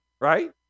right